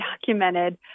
documented